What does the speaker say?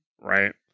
right